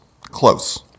Close